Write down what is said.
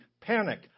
panic